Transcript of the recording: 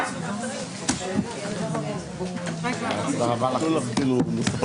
הישיבה ננעלה בשעה 14:51.